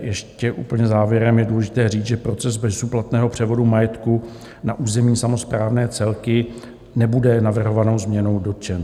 Ještě úplně závěrem je důležité říct, že proces bezúplatného převodu majetku na územní samosprávné celky nebude navrhovanou změnou dotčen.